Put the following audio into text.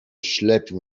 ślepił